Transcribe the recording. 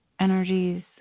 energies